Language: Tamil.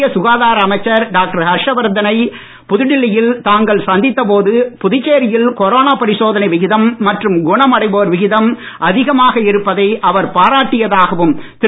மத்திய சுகாதார அமைச்சர் டாக்டர் ஹர்ஷ வர்தனை புதுடெல்லியில் தாங்கள் சந்தித்த போது புதுச்சேரியில் கொரோனா பரிசோதனை விகிதம் மற்றும் குணமடைவோர் விகிதம் அதிகமாக இருப்பதை அவர் பாராட்டியதாகவும் திரு